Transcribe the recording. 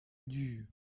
you